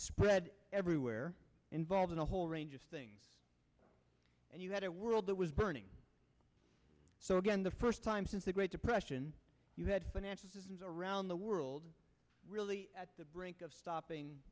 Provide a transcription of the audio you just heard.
spread everywhere involving a whole range of things and you had a world that was burning so again the first time since the great depression you had financial systems around the world really at the brink of